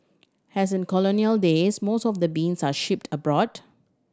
as in colonial days most of the beans are shipped abroad